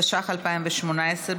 התשע"ח 2018,